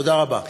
תודה רבה.